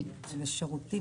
זה לא תקציב